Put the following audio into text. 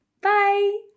Bye